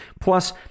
Plus